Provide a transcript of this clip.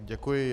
Děkuji.